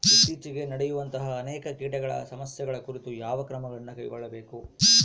ಇತ್ತೇಚಿಗೆ ನಡೆಯುವಂತಹ ಅನೇಕ ಕೇಟಗಳ ಸಮಸ್ಯೆಗಳ ಕುರಿತು ಯಾವ ಕ್ರಮಗಳನ್ನು ಕೈಗೊಳ್ಳಬೇಕು?